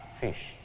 fish